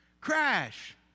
crash